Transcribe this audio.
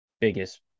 biggest